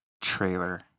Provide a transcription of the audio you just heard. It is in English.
trailer